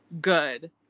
good